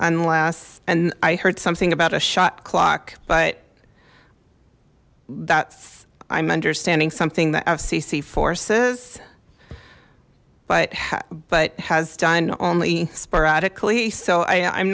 unless and i heard something about a shot clock but that's i'm understanding something that fcc forces but but has done only sporadically so i i'm